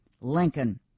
Lincoln